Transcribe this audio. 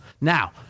Now